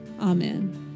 Amen